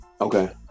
Okay